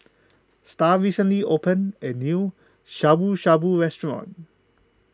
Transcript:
Star recently opened a new Shabu Shabu restaurant